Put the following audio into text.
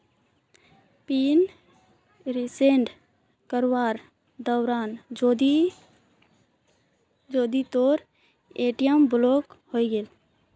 pin reset करवार दौरान जीतूर ए.टी.एम ब्लॉक हइ गेले